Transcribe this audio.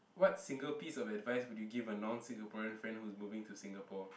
what single piece of advice would you give a non Singaporean friend who is moving to Singapore